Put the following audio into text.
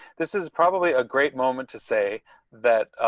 this is probably a great moment to say that